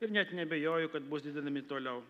ir net neabejoju kad bus didinami toliau